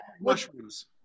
Mushrooms